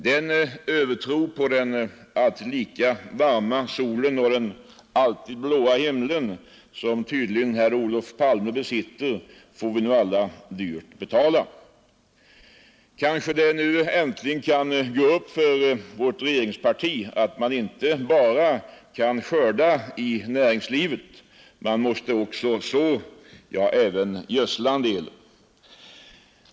Den övertro på den alltid lika varma solen och den alltid blåa himlen som tydligen herr Olof Palme besitter får vi nu alla dyrt betala. Kanske det nu äntligen kan gå upp för vårt regeringsparti att man inte bara kan skörda i näringslivet, man måste också så. Ja, även gödsla en del.